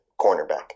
cornerback